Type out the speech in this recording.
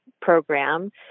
program